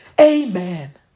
amen